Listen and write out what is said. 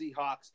Seahawks